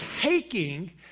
taking